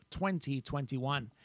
2021